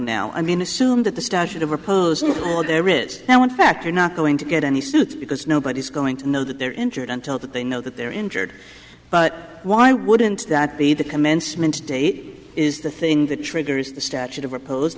then assume that the statute of opposing or there is now in fact you're not going to get any suits because nobody's going to know that they're injured until that they know that they're injured but why wouldn't that be the commencement date is the thing that triggers the statute of repose